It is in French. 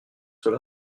ceux